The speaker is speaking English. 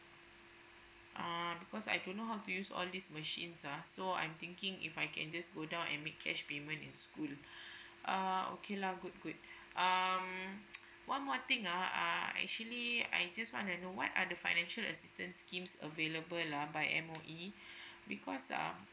oh because I don't know how to use all these machines ah so I'm thinking if I can just go down and make cash payment in the school lah uh okay lah good good um one more thing uh I actually I just want to know what are the financial assistance schemes available ah by M_O_E because um